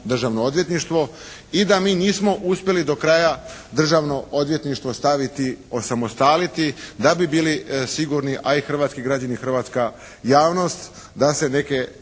Državno odvjetništvo i da mi nismo uspjeli do kraja Državno odvjetništvo staviti, osamostaliti da bi bili sigurni, a i hrvatski građani, hrvatska javnost da se neke